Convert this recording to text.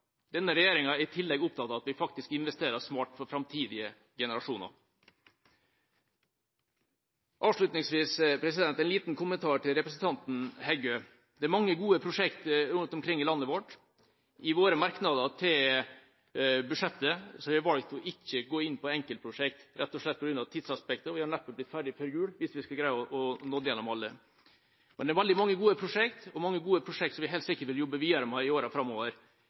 Denne regjeringa er i tillegg opptatt av at vi faktisk investerer smart for framtidige generasjoner. Avslutningsvis en liten kommentar til representanten Heggø. Det er mange gode prosjekter rundt omkring i landet vårt. I våre merknader til budsjettet har vi valgt ikke å gå inn på enkeltprosjekt rett og slett på grunn av tidsaspektet, og vi hadde neppe blitt ferdig før jul hvis vi skulle greid å nå gjennom alle. Men det er veldig mange gode prosjekt og mange gode prosjekt som vi helt sikkert vil jobbe videre med i årene framover.